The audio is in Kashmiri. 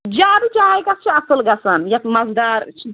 زیادٕ چاے کَتھ چھِ اَصٕل گژھان یَتھ مَزٕدار